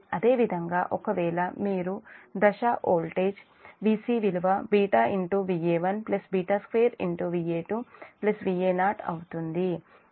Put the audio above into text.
అదేవిధంగా ఒకవేళ మీరు దశ వోల్టేజ్ Vc విలువ Va1 2 Va2 Va0 అవుతుంది